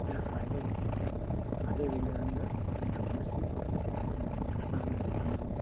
చిరస్థాయిగా నిలిచిపోయింది అదేవిధంగా ఇటు మూసి ఇటు కృష్ణా నది సంగము